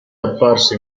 apparso